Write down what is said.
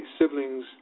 siblings